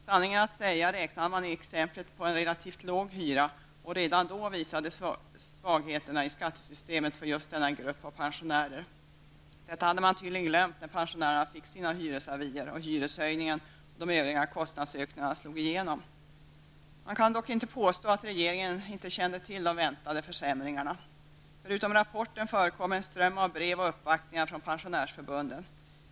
Sanningen att säga räknade man i exemplet med en relativt låg hyra, och redan då visades svagheterna i skattesystemet beträffande just denna grupp pensionärer. Detta hade man tydligen glömt när pensionärerna fick sina hyresavier och hyreshöjningen och de övriga kostnadsökningarna slog igenom. Man kan dock inte påstå att regeringen inte kände till de väntade försämringarna. Förutom rapporten förekom en ström av brev och uppvaktningar från pensionärsförbunden.